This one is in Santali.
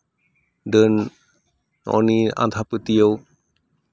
ᱰᱟᱹᱱ ᱦᱚᱜᱼᱚᱭ ᱱᱤᱭᱟᱹ ᱟᱸᱫᱷᱟᱯᱟᱹᱛᱭᱟᱹᱣ